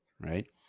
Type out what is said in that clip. Right